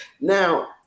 Now